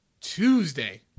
Tuesday